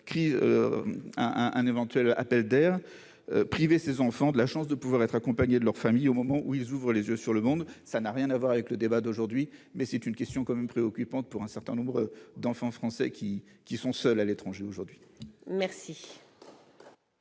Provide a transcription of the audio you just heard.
qui un un éventuel appel d'air priver ses enfants de la chance de pouvoir être accompagnés de leurs familles au moment où ils ouvrent les yeux sur le monde, ça n'a rien à voir avec le débat d'aujourd'hui, mais c'est une question quand même préoccupante pour un certain nombre d'enfants français qui qui sont seuls à l'étranger aujourd'hui. Merci.